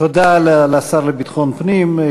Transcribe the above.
תודה לשר לביטחון פנים.